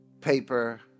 paper